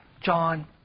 John